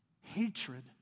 hatred